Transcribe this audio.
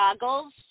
goggles